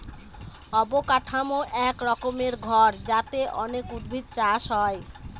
অবকাঠামো এক রকমের ঘর যাতে অনেক উদ্ভিদ চাষ হয়